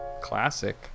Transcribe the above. Classic